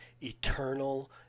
eternal